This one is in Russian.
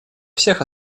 всех